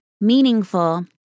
meaningful